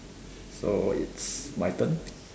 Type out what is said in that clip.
so it's my turn